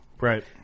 right